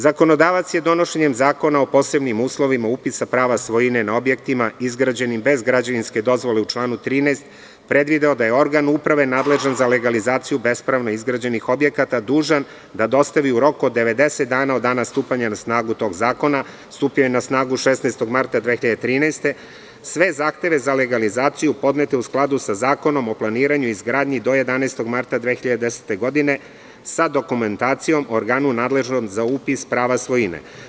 Zakonodavac je donošenjem Zakona o posebnim uslovima upisa prava svojine na objektima izgrađenim bez građevinske dozvole, u članu 13. predvideo da je organ uprave nadležan za legalizaciju bespravno izgrađenih objekata dužan da dostavi u roku od 90 dana od dana stupanja na snagu tog zakona, a stupio je na snagu 16. marta 2013. godine, sve zahteve za legalizaciju podnete u skladu sa Zakonom o planiranju i izgradnji do 11. marta 2010. godine, sa dokumentacijom o organu nadležnom za upis prava svojine.